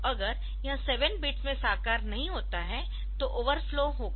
तो अगर यह 7 बिट्स में साकार नहीं होता है तो ओवरफ्लो होगा